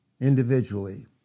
individually